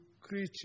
creature